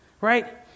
Right